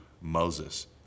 Moses